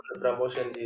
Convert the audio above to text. promotion